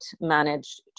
managed